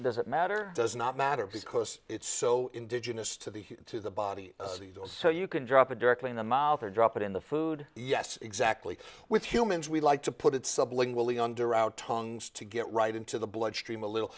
does it matter does not matter because it's so indigenous to the to the body so you can drop it directly in the mouth or drop it in the food yes exactly with humans we like to put it sublingually under our tongues to get right into the bloodstream a little